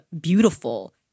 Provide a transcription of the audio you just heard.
beautiful